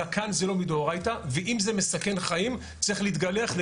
זקן זה לא מדאורייתא ואם זה מסכן חיים צריך להתגלח.